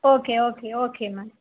okay okay okay ma'am